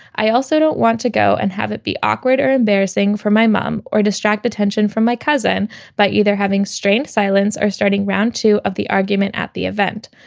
i also don't want to go and have it be awkward or embarrassing for my mom or distract attention from my cousin by either having strained silence or starting round two of the argument at the event.